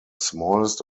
smallest